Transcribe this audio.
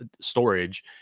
storage